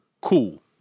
cool